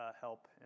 help